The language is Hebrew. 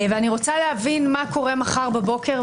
ואני רוצה להבין מה קורה מחר בבוקר,